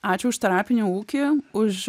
ačiū už terapinį ūkį už